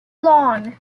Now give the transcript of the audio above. long